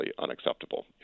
unacceptable